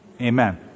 amen